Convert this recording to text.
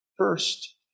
First